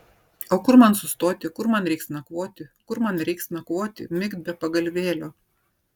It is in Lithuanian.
o kur man sustoti kur man reiks nakvoti kur man reiks nakvoti migt be pagalvėlio